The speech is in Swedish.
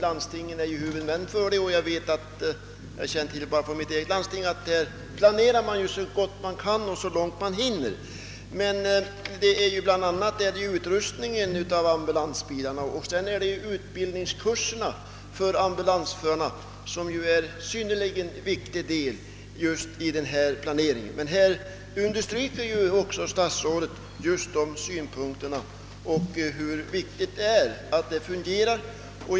Landstingen är huvudmän för ambulansorganisationen, och jag känner till från mitt eget landsting att man planerar så gott man kan och så långt man hinner. Men åtskilligt återstår att göra i fråga om utrustningen av ambulansbilarna och utbildningskurserna för ambulansförarna vilket är en synnerligen viktig del i planeringen, och statsrådet understryker också detta i sitt svar vilket jag livligt vill understryka.